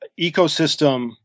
ecosystem